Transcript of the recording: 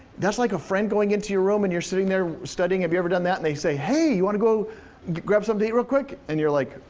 that's like a friend going into your room and you're sitting there studying, have you ever done that? and they say hey, you wanna go grab something to eat real quick? and you're like,